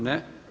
Ne.